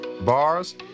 bars